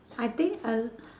I think uh